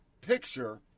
picture